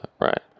Right